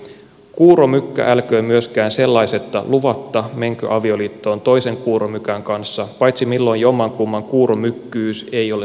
kuuromykkä älköön myöskään sellaisetta luvatta menkö avioliittoon toisen kuuromykän kanssa paitsi milloin jommankumman kuuromykkyys ei ole synnynnäistä